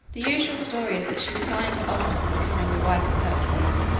the usual story is that she resigned her office on becoming the wife of hercules.